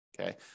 Okay